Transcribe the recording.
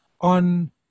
on